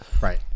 Right